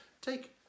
take